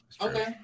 Okay